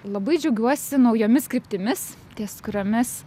labai džiaugiuosi naujomis kryptimis ties kuriomis